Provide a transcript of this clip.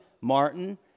Martin